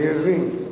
אני מבין,